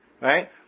right